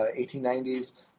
1890s